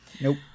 Nope